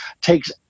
takes